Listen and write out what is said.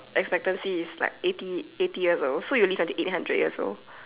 expectancy is like eighty eighty years old so you will live until eight hundred years old